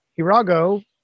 Hirago